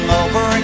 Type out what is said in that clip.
over